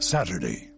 Saturday